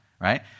right